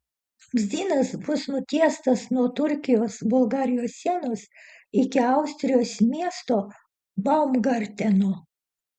vamzdynas bus nutiestas nuo turkijos bulgarijos sienos iki austrijos miesto baumgarteno